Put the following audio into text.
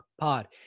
pod